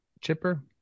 Chipper